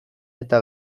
eta